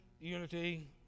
unity